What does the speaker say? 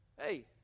Hey